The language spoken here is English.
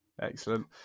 excellent